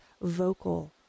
vocal